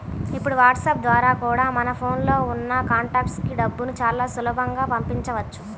ఇప్పుడు వాట్సాప్ ద్వారా కూడా మన ఫోన్ లో ఉన్న కాంటాక్ట్స్ కి డబ్బుని చాలా సులభంగా పంపించవచ్చు